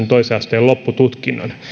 toisen asteen loppututkinnon